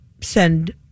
send